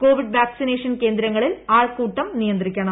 Covid vaccination കേന്ദ്രങ്ങളിൽ ആൾക്കൂട്ടം നിയന്ത്രിക്കണം